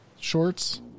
shorts